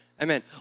Amen